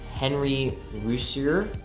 henry russier.